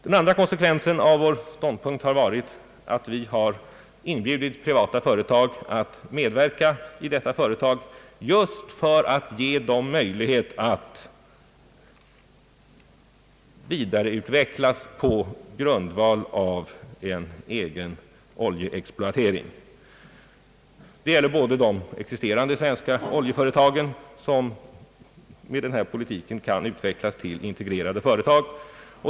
Den andra konsekvensen av vår ståndpunkt har varit att vi har inbjudit privata företag att medverka i detta företag just för att ge dem möjlighet till vidareutveckling på grundval av en egen oljeexploatering. Detia gäller de existerande svenska oljeföretagen som med den här politiken kan utvecklas till integrerade företag.